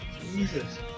Jesus